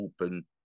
open